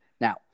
Now